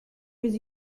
was